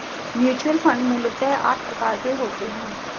mutual fund मूलतः आठ प्रकार के होते हैं